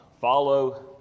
Follow